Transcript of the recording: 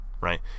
right